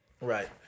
Right